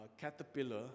caterpillar